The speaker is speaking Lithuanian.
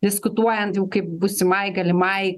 diskutuojant jau kaip būsimai galimai